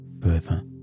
further